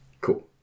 Cool